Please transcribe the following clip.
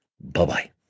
Bye-bye